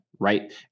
Right